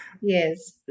yes